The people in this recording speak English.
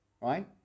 right